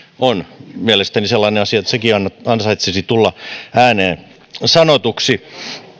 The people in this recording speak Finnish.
on mielestäni sellainen asia että sekin ansaitsisi tulla ääneen sanotuksi